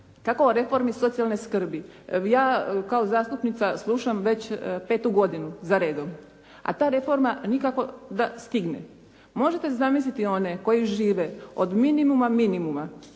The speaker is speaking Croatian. kako o reformi socijalne skrbi, ja kao zastupnica slušam već petu godinu za redom, a ta reforma nikako da stigne. Možete zamisliti one koji žive od minimuma, minimuma,